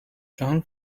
john